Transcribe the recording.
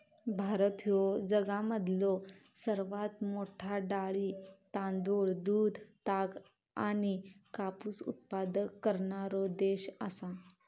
भारत ह्यो जगामधलो सर्वात मोठा डाळी, तांदूळ, दूध, ताग आणि कापूस उत्पादक करणारो देश आसा